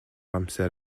amser